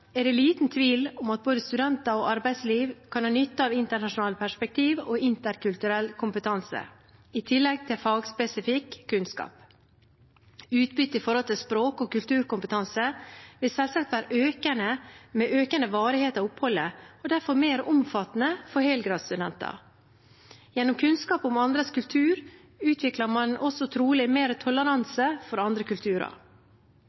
er det liten tvil om at både studenter og arbeidsliv kan ha nytte av internasjonalt perspektiv og interkulturell kompetanse i tillegg til fagspesifikk kunnskap. Utbyttet i form av språk- og kulturkompetanse vil selvsagt øke med økende varighet av oppholdet, og er derfor mer omfattende for helgradsstudenter. Gjennom kunnskap om andres kultur utvikler man også trolig